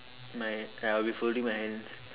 my ya I'll be folding my hands